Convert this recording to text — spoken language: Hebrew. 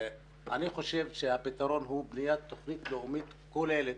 אני חושב שהפתרון הוא בניית תכנית לאומית כוללת.